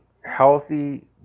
healthy